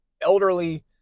elderly